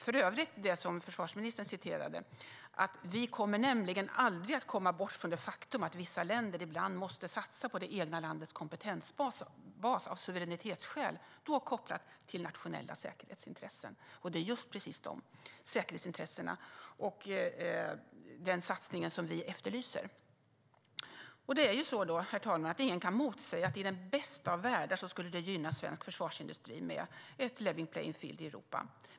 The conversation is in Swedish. Förutom det som försvarsministern citerade står det också: "Vi kommer nämligen aldrig att komma bort från det faktum att vissa länder ibland måste satsa på det egna landets kompetensbas av suveränitetsskäl då kopplat till nationella säkerhetsintressen." Det är just precis de säkerhetsintressena och den satsningen som vi efterlyser. Ingen kan motsäga att i den bästa av världar skulle det gynna svensk försvarsindustri med ett level playing field i Europa.